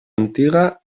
antiga